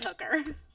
hooker